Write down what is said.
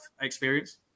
experience